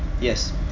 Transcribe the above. yes